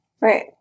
right